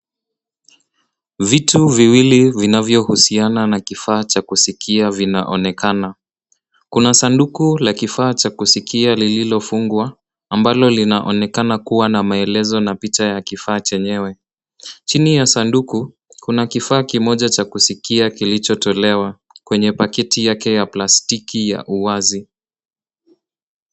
Vitu viwili vinavyohusiana na kifaa cha kusikia vinaonekana. Kuna sanduku la kifaa cha kusikia lililofungwa, ambalo linaonekana kuwa na maelezo na picha ya kifaa chenyewe. Chini ya sanduku, kuna kifaa kimoja cha kusikia kilichotolewa kwenye pakiti yake ya plastiki ya uwazi.